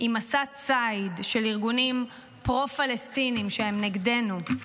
עם מסע ציד של ארגונים פרו-פלסטיניים שהם נגדנו.